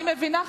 אני מבינה,